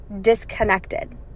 disconnected